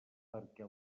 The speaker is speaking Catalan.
perquè